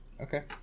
Okay